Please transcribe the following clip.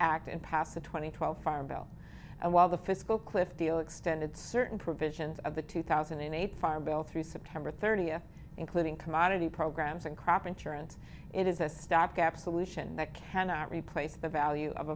act and passed the two thousand and twelve farm bill and while the fiscal cliff deal extended certain provisions of the two thousand and eight farm bill through september thirtieth including commodity programs and crop insurance it is a stopgap solution that cannot replace the value of